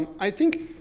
i think,